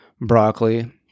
broccoli